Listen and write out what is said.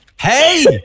Hey